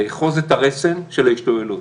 לאחוז את הרסן של ההשתוללות,